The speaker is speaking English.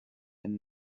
and